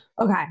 Okay